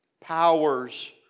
powers